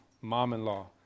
mom-in-law